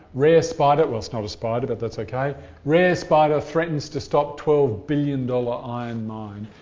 rare spider well it's not a spider, but that's okay rare spider threatens to stop twelve b and ah iron mine,